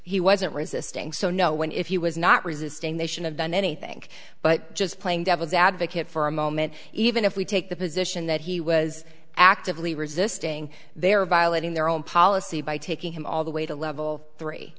he wasn't resisting so no one if he was not resisting they should have done anything but just playing devil's advocate for a moment even if we take the position that he was actively resisting they're violating their own policy by taking him all the way to level three